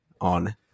on